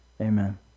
amen